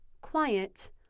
quiet